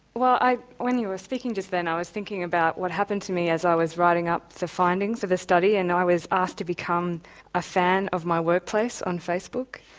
well when when you were speaking just then, i was thinking about what happened to me as i was writing up the findings of the study and i was asked to become a fan of my workplace on facebook.